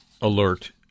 alert